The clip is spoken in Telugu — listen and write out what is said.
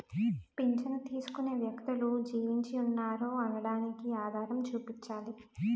పింఛను తీసుకునే వ్యక్తులు జీవించి ఉన్నారు అనడానికి ఆధారం చూపించాలి